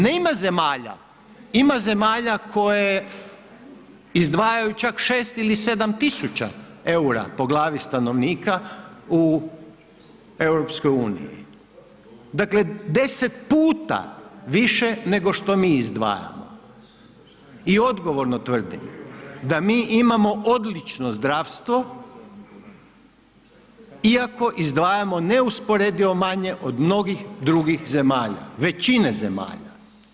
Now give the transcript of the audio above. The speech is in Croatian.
Nema zemalja, ima zemalja koje izdvajaju čak 6 ili 7.000 EUR-a po glavi stanovnika u EU, dakle 10 puta više nego što mi izdvajamo i odgovorno tvrdim da mi imamo odlično zdravstvo iako izdvajamo neusporedivo manje od mnogih drugih zemalja, većine zemalja.